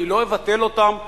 אני לא אבטל אותם,